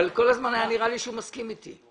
כל הזמן היה נראה לי שהוא מסכים אתי.